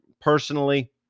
personally